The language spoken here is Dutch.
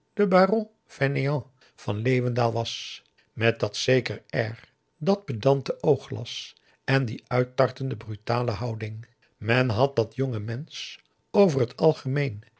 van leeuwendaal was met dat zeker air dat pedante oogglas en die uittartende brutale houding men had dat jonge mensch over het algemeen